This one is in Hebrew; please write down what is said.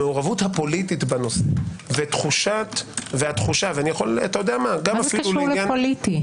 המעורבות הפוליטית בנושא והתחושה --- מה קשור לפוליטי?